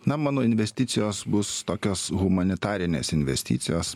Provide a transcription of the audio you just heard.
na mano investicijos bus tokios humanitarinės investicijos